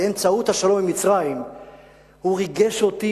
באמצעות השלום עם מצרים הוא ריגש אותי.